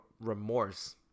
remorse